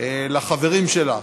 לחברים שלה,